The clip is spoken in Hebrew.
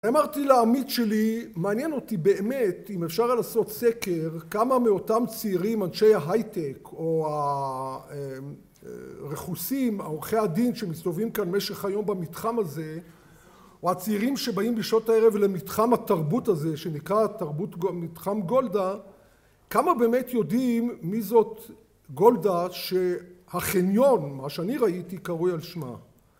אמרתי לה עמית שלי מעניין אותי באמת אם אפשר לעשות סקר כמה מאותם צעירים אנשי ההייטק או הרכוסים, עורכי הדין שמסתובבים כאן במשך היום במתחם הזה או הצעירים שבאים בשעות הערב למתחם התרבות הזה שנקרא מתחם גולדה כמה באמת יודעים מי זאת גולדה שהחניון מה שאני ראיתי קרוי על שמה